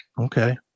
Okay